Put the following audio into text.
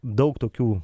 daug tokių